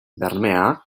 bermea